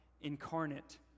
incarnate